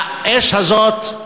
והאש הזאת,